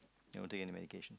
I don't take any medication